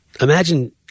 Imagine